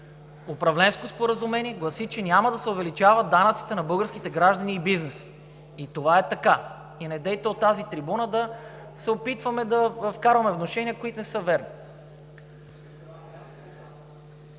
управленско споразумение гласи, че няма да се увеличават данъците на българските граждани и бизнес. И това е така. Недейте от тази трибуна да се опитвате да вкарвате внушения, които не са верни.